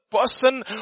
person